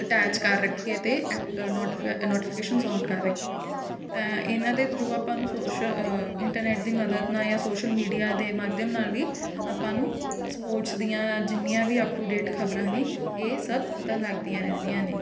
attach ਕਰ ਰੱਖੀਏ ਅਤੇ ਐਕ ਨੋਟੀਫਿ ਨੋਟੀਫਿਕੇਸ਼ਨਸ ਆਨ ਕਰ ਰੱਖੀਏ ਤਾਂ ਇਹਨਾਂ ਦੇ ਥਰੂ ਆਪਾਂ ਨੂੰ ਸ਼ੋਸਲ ਇੰਟਰਨੈਟ ਦੀ ਮਦਦ ਨਾਲ ਜਾਂ ਸੋਸ਼ਲ ਮੀਡੀਆ ਦੇ ਮਾਧਿਅਮ ਨਾਲ ਵੀ ਆਪਾਂ ਨੂੰ ਸਪੋਰਟਸ ਦੀਆਂ ਜਿੰਨੀਆਂ ਵੀ ਅਪ ਟੂ ਡੇਟ ਖਬਰਾਂ ਨੇ ਇਹ ਸਭ ਪਤਾ ਲੱਗਦੀਆਂ ਰਹਿੰਦੀਆਂ ਨੇ